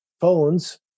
phones